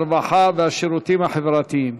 הרווחה והשירותים החברתיים.